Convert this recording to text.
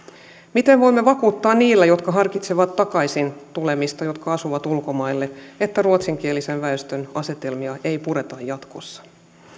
miten voimme vakuuttaa niille jotka harkitsevat takaisin tulemista jotka asuvat ulkomailla että ruotsinkielisen väestön asetelmia ei pureta jatkossa